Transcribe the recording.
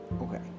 Okay